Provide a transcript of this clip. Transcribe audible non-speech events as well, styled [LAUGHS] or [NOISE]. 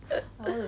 [LAUGHS]